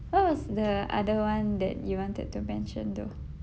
what was the other one that you wanted to mention though